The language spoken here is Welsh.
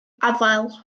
afael